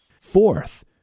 Fourth